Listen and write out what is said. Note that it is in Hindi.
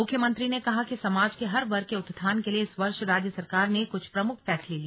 मुख्यमंत्री ने कहा कि समाज के हर वर्ग के उत्थान के लिए इस वर्ष राज्य सरकार र्ने क्छ प्रमुख फैसले लिए